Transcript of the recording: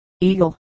eagle